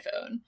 iPhone